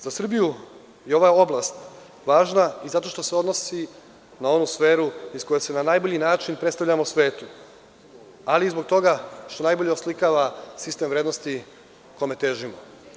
Za Srbijuje ova oblast važna i zato što se odnosi na onu sferu u kojoj se na najbolji način predstavljamo svetu, ali i zbog toga što najbolje oslikava sistem vrednosti kome težimo.